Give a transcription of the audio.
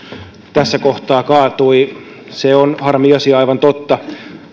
tässä kohtaa kaatui se on harmi asia aivan totta